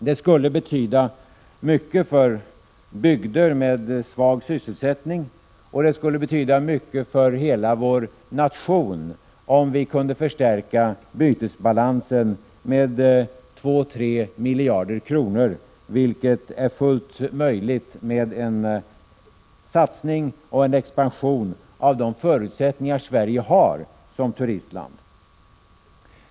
Det skulle betyda mycket för bygder med svag sysselsättning, och det skulle betyda mycket för hela vår nation om vi kunde förstärka bytesbalansen med 2-3 miljarder kronor, vilket är fullt möjligt med en satsning och en expansion av de förutsättningar Sverige har som turistland.